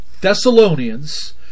Thessalonians